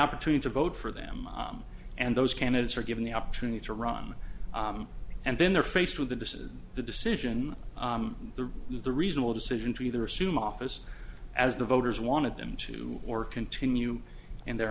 opportunity to vote for them and those candidates are given the opportunity to run and then they're faced with the decision the decision the the reasonable decision to either assume office as the voters wanted them to or continue in their